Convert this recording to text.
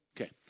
Okay